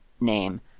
name